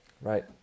Right